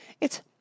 It's